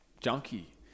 junkie